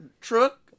truck